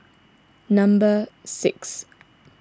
number six